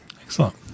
Excellent